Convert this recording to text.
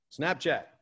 Snapchat